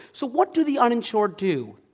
so, what do the uninsured do?